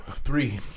Three